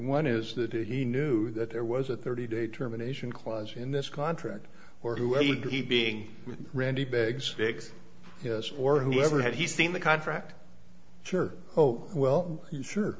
one is that he knew that there was a thirty day terminations clause in this contract or whoever he being with randy begs yes or whoever had he seen the contract sure oh well he sure